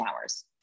hours